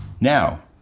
Now